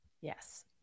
Yes